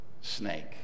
snake